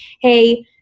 hey